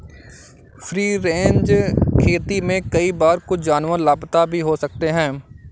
free range खेती में कई बार कुछ जानवर लापता भी हो सकते हैं